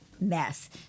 mess